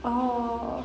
orh